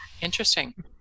Interesting